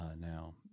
now